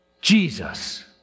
Jesus